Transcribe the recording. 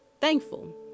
thankful